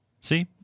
See